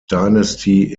dynasty